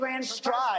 Strive